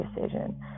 decision